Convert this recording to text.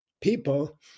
people